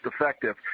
effective